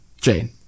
Jane